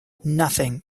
nothing